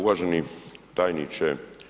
Uvaženi tajniče.